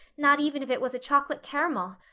not even if it was a chocolate caramel.